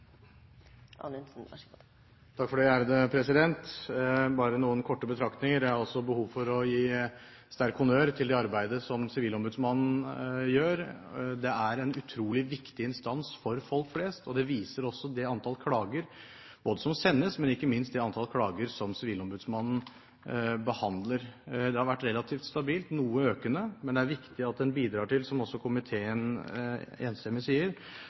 en utrolig viktig instans for folk flest. Det viser både det antall klager som sendes, og ikke minst det antall klager som sivilombudsmannen behandler. Det har vært relativt stabilt – noe økende. Men det er viktig at en bidrar til, som også komiteen enstemmig sier,